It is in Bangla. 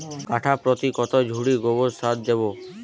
কাঠাপ্রতি কত ঝুড়ি গোবর সার দেবো?